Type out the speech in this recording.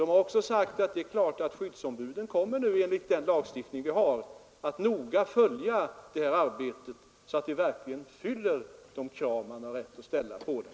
Man har också sagt att skyddsombuden kommer att noga följa verksamheten enligt den lagstiftning vi har så att verksamheten verkligen fyller de krav man har rätt att ställa på den.